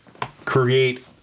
create